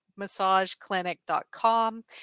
massageclinic.com